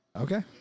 Okay